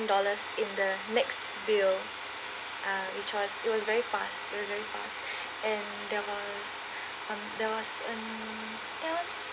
dollars in the next bill ah which was it was very fast it was very fast and that was um that was um that was